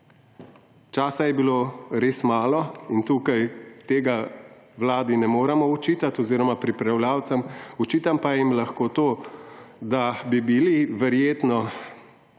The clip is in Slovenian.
Časa je bilo res malo in tukaj tega Vladi ne moremo očitati oziroma pripravljavcem, očitam pa jim lahko to, da bi bili verjetno